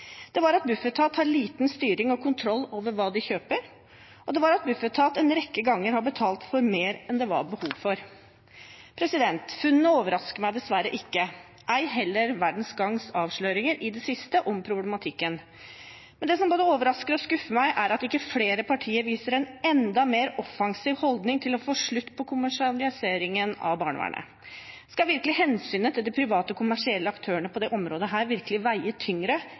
det var at private fosterhjem er langt dyrere enn statlige at private kommersielle har fått stor forhandlingsmakt og enorme profittmuligheter at Bufetat har liten styring og kontroll over hva de kjøper at Bufetat en rekke ganger har betalt for mer enn det var behov for Funnene overrasker meg dessverre ikke, ei heller VGs avsløringer i det siste om problematikken. Men det som både overrasker meg og skuffer meg, er at ikke flere partier viser en enda mer offensiv holdning for å få slutt på kommersialiseringen av barnevernet. Skal hensynet til de private kommersielle aktørene på dette området virkelig veie